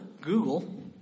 Google